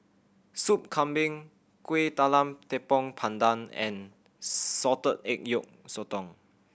Soup Kambing Kueh Talam Tepong Pandan and salted egg yolk sotong